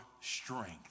strength